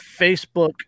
Facebook